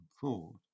thought